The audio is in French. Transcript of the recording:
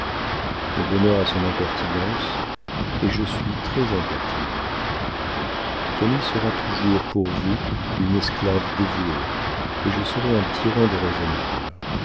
le bonheur a son impertinence et je suis très impertinente camille sera toujours pour vous une esclave dévouée et je serais un tyran déraisonnable